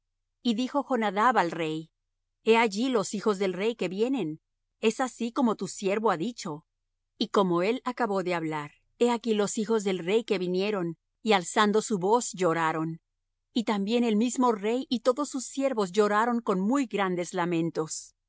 y dijo jonadab al rey he allí los hijos del rey que vienen es así como tu siervo ha dicho y como él acabó de hablar he aquí los hijos del rey que vinieron y alzando su voz lloraron y también el mismo rey y todos sus siervos lloraron con muy grandes lamentos